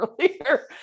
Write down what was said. earlier